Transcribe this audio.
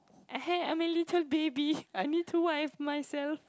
(uh huh) I'm a little baby I need to wipe myself